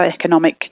economic